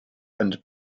and